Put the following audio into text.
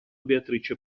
beatrice